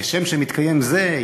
כשם שמתקיים זה,